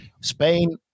Spain